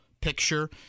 picture